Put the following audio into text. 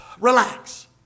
Relax